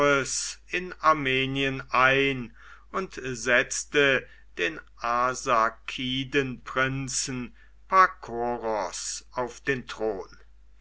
in armenien ein und setzte den arsakidenprinzen pakoros auf den thron